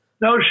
no